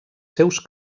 seus